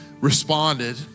responded